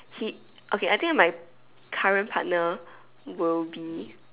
he okay I think of my current partner will be